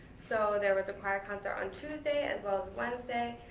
so there was a choir concert on tuesday, as well as wednesday,